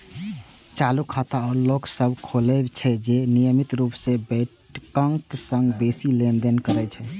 चालू खाता ओ लोक सभ खोलबै छै, जे नियमित रूप सं बैंकक संग बेसी लेनदेन करै छै